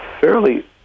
fairly